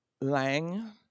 Lang